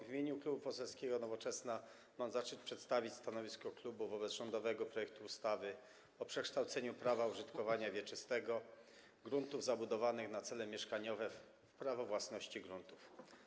W imieniu Klubu Poselskiego Nowoczesna mam zaszczyt przedstawić stanowisko klubu wobec rządowego projektu ustawy o przekształceniu prawa użytkowania wieczystego gruntów zabudowanych na cele mieszkaniowe w prawo własności gruntów.